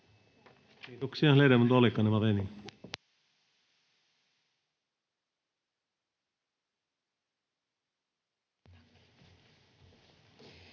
Kiitoksia.